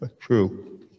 true